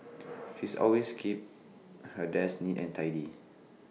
she's always keeps her desk neat and tidy